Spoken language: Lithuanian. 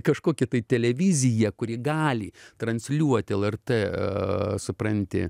kažkokią tai televiziją kuri gali transliuoti lrt supranti